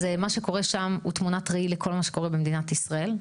אז מה שקורה שם הוא תמונת ראי לכל מה שקורה במדינת ישראל.